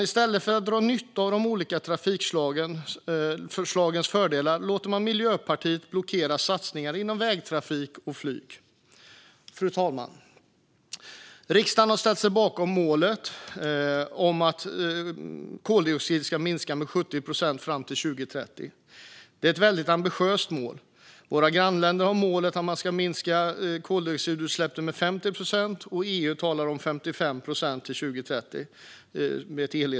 I stället för att dra nytta av de olika trafikslagens fördelar låter man Miljöpartiet blockera satsningar inom vägtrafik och flyg. Fru talman! Riksdagen har ställt sig bakom målet om att koldioxidutsläppen ska minska med 70 procent fram till 2030. Detta är ett väldigt ambitiöst mål. Våra grannländer har målet att man ska minska koldioxidutsläppen med 50 procent. EU talar om 55 procent till 2030.